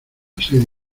sed